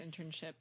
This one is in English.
internship